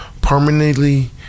Permanently